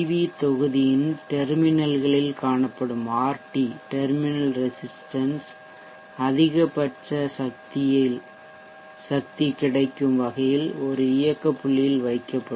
we தொகுதியின் டெர்மினல்களில் காணப்படும் RT ஆர்டி டெர்மினல் ரெசிஸ்ட்டன்ஸ் அதிகபட்ச சக்தி கிடைக்கும் வகையில் ஒரு இயக்க புள்ளியில் வைக்கப்படும்